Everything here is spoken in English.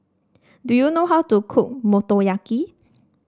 do you know how to cook Motoyaki